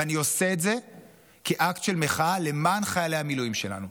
ואני עושה את זה כאקט של מחאה למען חיילי המילואים שלנו,